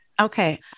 Okay